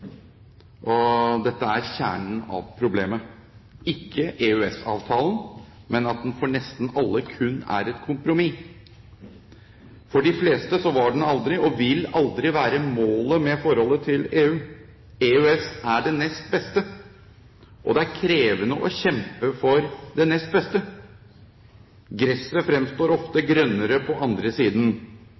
EØS. Dette er kjernen av problemet – ikke EØS-avtalen, men at den for nesten alle kun er et kompromiss. For de fleste var den aldri og vil aldri være målet med forholdet til EU. EØS er det nest beste. Og det er krevende å kjempe for det nest beste. Gresset fremstår ofte grønnere på andre siden.